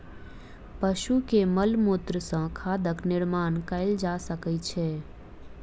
पशु के मलमूत्र सॅ खादक निर्माण कयल जा सकै छै